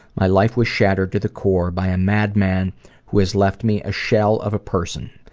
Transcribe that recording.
my life was shattered to the core by a madman who has left me a shell of a person.